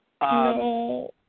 No